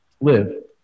live